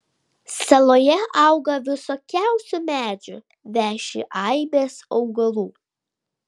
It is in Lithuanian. saloje auga visokiausių medžių veši aibės augalų